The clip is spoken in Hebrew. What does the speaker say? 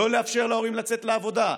לא לאפשר להורים לצאת לעבודה,